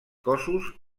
cossos